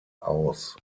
aus